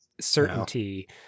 certainty